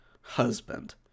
husband